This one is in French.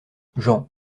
jean